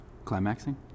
Climaxing